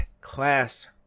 class